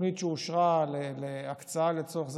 התוכנית שאושרה להקצאה לצורך זה,